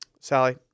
Sally